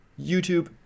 YouTube